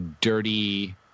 dirty